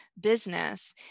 business